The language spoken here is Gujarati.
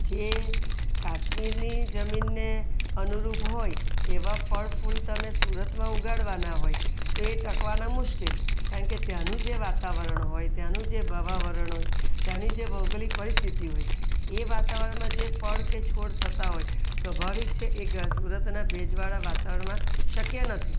જે કાશ્મીરની જમીનને અનુરૂપ હોય એવા ફળ ફૂલ તમે સુરતમાં ઉગાડવાના હોય તો એ ટકવાના મુશ્કિલ કારણ કે ત્યાંનું જે વાતાવરણ હોય ત્યાંનું જે ભાવાવરણ હોય ત્યાંની જે ભૌગોલિક પરિસ્થિતિ હોય એ વાતાવરણમાં જે ફળ કે છોડ થતાં હોય સ્વભાવિક છે એ ગ સુરતના ભેજવાળા વાતાવરણમાં શક્ય નથી